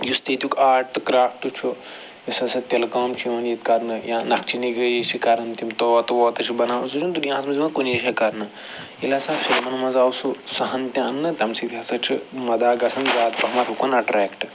یُس تیٚتیُک آرٹ تہٕ کرٛافٹ چھُ یُس ہَسا تِلہٕ کٲم چھِ یِوان ییٚتہِ کرنہٕ یا نقچہٕ نِگٲری چھِ کَران تِم طوطہٕ ووطہٕ چھِ بناوان سُہ چھُنہٕ دُنیاہس منٛز یِوان کُنی کرنہٕ ییٚلہِ ہَسا فِلمن منٛز آو سُہ سُہ ہَن تہِ انٛنہٕ تَمہِ سۭتۍ ہَسا چھِ مدا گَژھان زیادٕ پہمَتھ اُکُن اَٹرٮ۪کٹ